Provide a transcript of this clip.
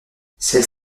celle